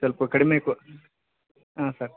ಸ್ವಲ್ಪ ಕಡಿಮೆ ಕೋ ಹಾಂ ಸರ್